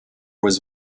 was